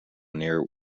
near